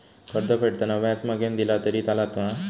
कर्ज फेडताना व्याज मगेन दिला तरी चलात मा?